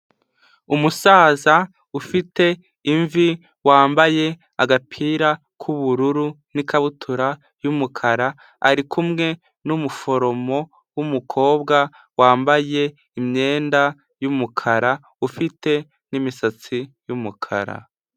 Umusaza ufite imvi wambaye agapira k'ubururu n'ikabutura yumukara arikumwe n'umuforomo w'umukobwa wambaye imyenda y'umukara ufite n'imisatsi y'umukara.